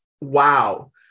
wow